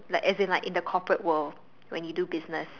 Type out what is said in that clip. like as in like in the corporate world when you do business